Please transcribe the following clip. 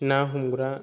ना हमग्रा